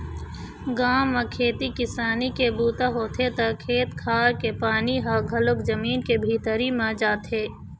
गाँव म खेती किसानी के बूता होथे त खेत खार के पानी ह घलोक जमीन के भीतरी म जाथे